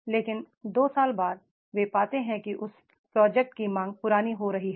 लेकिन 2 साल बाद वे पाते हैं कि उस प्रोजेक्ट की मांग पुरानी हो रही है